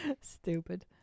Stupid